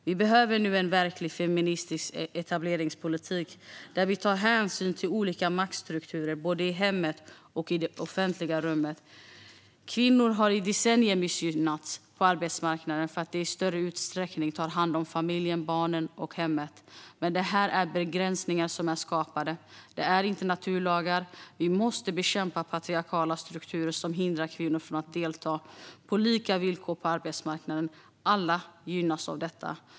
Vi behöver nu en verklig feministisk etableringspolitik, där vi tar hänsyn till olika maktstrukturer både i hemmet och i det offentliga rummet. Kvinnor har i decennier missgynnats på arbetsmarknaden för att de i större utsträckning tar hand om familjen, barnen och hemmet. Men det här är begränsningar som är skapade. Det är inte naturlagar. Vi måste bekämpa patriarkala strukturer som hindrar kvinnor från att delta på arbetsmarknaden på lika villkor. Alla gynnas av detta.